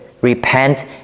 Repent